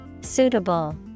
Suitable